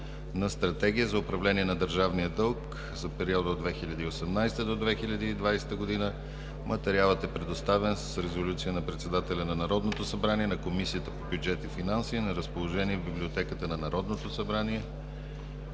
на Стратегия за управление на държавния дълг за периода от 2018 – 2020 г. Материалът е предоставен с резолюция на председателя на Народното събрание на Комисията по бюджет и финанси и е на разположение в Библиотеката на Народното събрание.